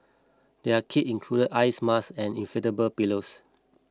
their kit included eye masks and inflatable pillows